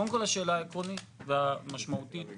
קודם כל השאלה העקרונית והמשמעותית הראשונה,